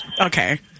Okay